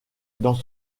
dans